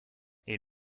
est